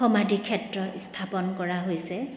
সমাধিক্ষেত্ৰ স্থাপন কৰা হৈছে